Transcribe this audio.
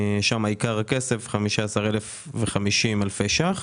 שם עיקר הכסף 15,050 אלפי ₪,